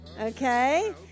okay